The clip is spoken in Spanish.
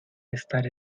estar